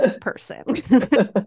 person